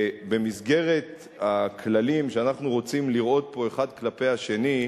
שבמסגרת הכללים שאנחנו רוצים לראות פה האחד כלפי השני,